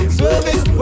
service